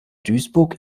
duisburg